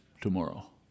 tomorrow